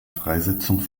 freisetzung